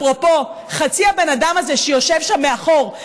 אפרופו חצי הבן אדם הזה שיושב שם מאחור,